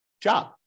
job